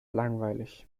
langweilig